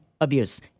abuse